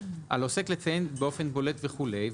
על עוסק לציין באופן בולט וכולי,